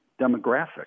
demographic